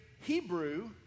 Hebrew